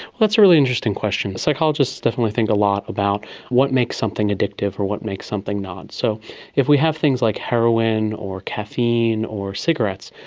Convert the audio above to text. that's a really interesting question. psychologists definitely think a lot about what makes something addictive or what makes something not. so if we have things like heroin or caffeine or cigarettes,